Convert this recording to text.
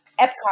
Epcot